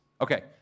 Okay